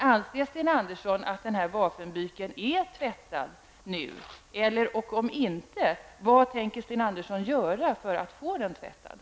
Anser Sten Andersson att den här vapenbyken nu är tvättad? Om inte, vad tänker Sten Andersson göra för att få den tvättad?